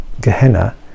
Gehenna